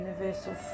universal